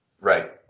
Right